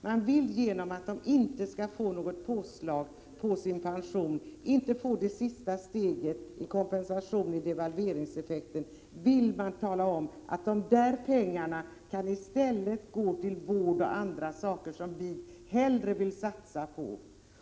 När man inte vill ge dem något påslag på pensionen —inte ta det sista steget i kompensationen för devalveringseffekten —- talar man om att pengarna i stället skall gå till vård och andra saker som folkpartiet hellre vill satsa på.